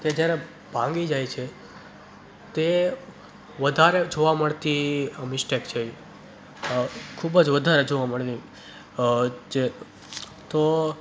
તે જયારે ભાંગી જાય છે તે વધારે જોવા મળતી મિસ્ટેક છે ખૂબ જ વધારે જોવા મળે છે એમ જે તો